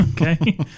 okay